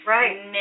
Right